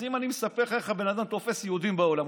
אז אם אני אספר לך איך הבן אדם תופס יהודים בעולם,